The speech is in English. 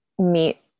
meet